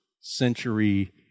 century